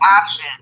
option